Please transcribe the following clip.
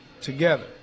together